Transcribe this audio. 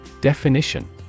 Definition